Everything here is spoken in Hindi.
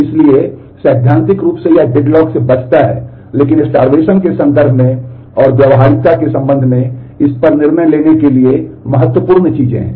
इसलिए सैद्धांतिक रूप से यह डेडलॉक के संदर्भ में और व्यावहारिकता के संदर्भ में इस पर निर्णय लेने के लिए महत्वपूर्ण चीजें हैं